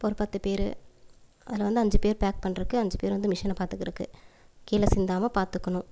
இப்போ ஒரு பத்து பேர் அதில் வந்து அஞ்சு பேர் பேக் பண்ணுறக்கு அஞ்சு பேர் வந்து மிஷினை பார்த்துக்கறக்கு கீழே சிந்தாமல் பார்த்துக்கணும்